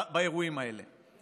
באירועים האלה.